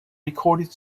recorded